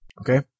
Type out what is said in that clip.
okay